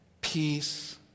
peace